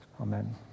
Amen